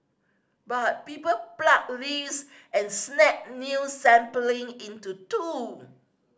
but people pluck leaves and snap new sapling into two